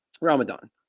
Ramadan